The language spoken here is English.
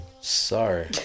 Sorry